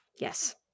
Yes